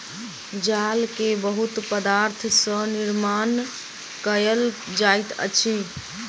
जाल के बहुत पदार्थ सॅ निर्माण कयल जाइत अछि